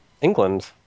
England